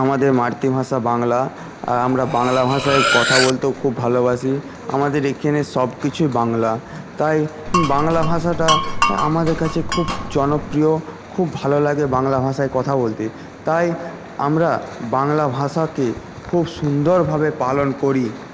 আমাদের মাতৃভাষা বাংলা আমরা বাংলা ভাষায় কথা বলতেও খুব ভালোবাসি আমাদের এখানে সব কিছু বাংলা তাই বাংলা ভাষাটা আমাদের কাছে খুব জনপ্রিয় খুব ভালো লাগে বাংলা ভাষায় কথা বলতে তাই আমরা বাংলা ভাষাকে খুব সুন্দরভাবে পালন করি